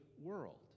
world